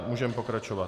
Můžeme pokračovat.